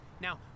Now